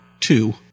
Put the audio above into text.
two